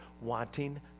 wanting